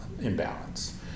imbalance